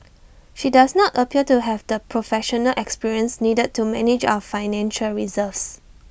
she does not appear to have the professional experience needed to manage our financial reserves